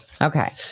okay